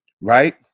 right